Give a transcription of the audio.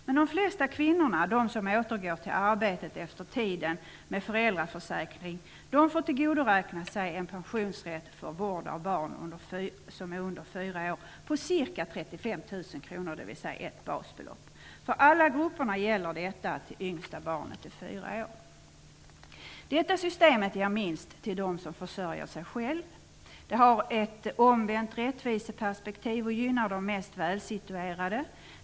Men de flesta kvinnorna, de som återgår till arbetet efter tiden med föräldraförsäkring, får tillgodoräkna sig en pensionsrätt för vård av barn som är under fyra år på ca 35 000 Detta system ger minst till dem som försörjer sig själva. Det har ett omvänt rättviseperspektiv och gynnar de mest välsituerade.